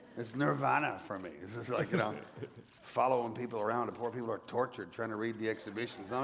that's nirvana for me. it's just like you know following people around, the poor people are tortured, trying to read the exhibitions. um